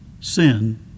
sin